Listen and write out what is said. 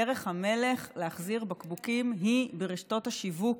דרך המלך להחזיר בקבוקים היא ברשתות השיווק,